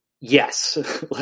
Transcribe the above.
yes